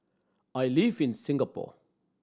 I live in Singapore